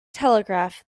telegraph